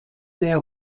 der